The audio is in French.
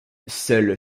seule